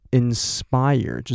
inspire